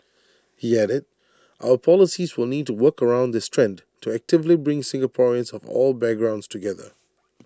he added our policies will need to work against this trend to actively bring Singaporeans of all background together